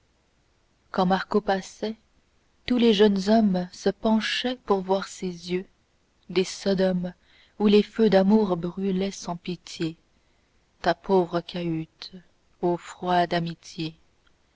quand marco passait tous les jeunes hommes se penchaient pour voir ses yeux des sodomes où les feux d'amour brûlaient sans pitié ta pauvre cahute ô froide amitié